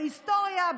בהיסטוריה,